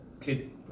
kid